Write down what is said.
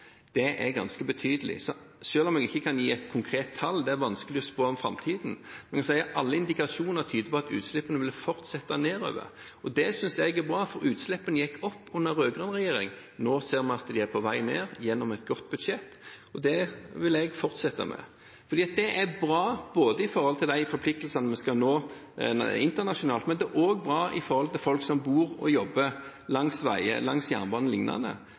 Det er ganske betydelig. Så selv om jeg ikke kan gi et konkret tall – det er vanskelig å spå om framtiden – tyder alle indikasjoner på at utslippene vil fortsette å gå nedover. Det synes jeg er bra, for utslippene gikk opp under den rød-grønne regjeringen. Nå ser vi at de er på vei nedover, gjennom et godt budsjett. Det vil jeg fortsette med, for det er bra, både med tanke på de forpliktelsene vi skal nå internasjonalt, og med tanke på dem som bor og jobber langs veier og langs jernbanen